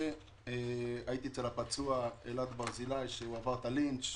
הייתי אצל הפצוע אלעד ברזילי שעבר לינץ',